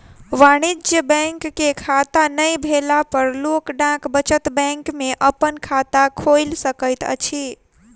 वाणिज्य बैंक के खाता नै भेला पर लोक डाक बचत बैंक में अपन खाता खोइल सकैत अछि